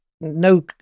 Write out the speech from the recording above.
no